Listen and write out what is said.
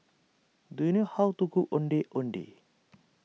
do you know how to cook Ondeh Ondeh